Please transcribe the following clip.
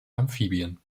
amphibien